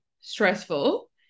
stressful